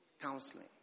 Counseling